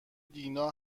دینا